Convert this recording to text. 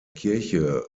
kirche